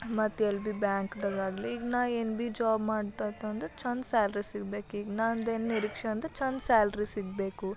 ಮತ್ತು ಎಲ್ಲಿ ಬಿ ಬ್ಯಾಂಕ್ದಗಾಗಲಿ ಈಗ ನಾ ಏನು ಬಿ ಜಾಬ್ ಮಾಡ್ತತಂದ್ರೆ ಛಂದ್ ಸ್ಯಾಲ್ರಿ ಸಿಗ್ಬೇಕು ಈಗ ನಂದೇನು ನಿರೀಕ್ಷೆ ಅಂದ್ರೆ ಛಂದ್ ಸ್ಯಾಲ್ರಿ ಸಿಗಬೇಕು